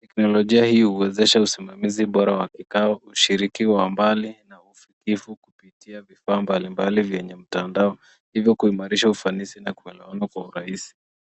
Teknolojia hii huwezesha usimamizi bora wa kikao, ushiriki wa mbali na ufunifu kupitia vifaa mbalimbali vyenye mtandao , hivyo kuimarisha ufanisi na kuelewana kwa urahisi.